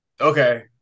Okay